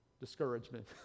discouragement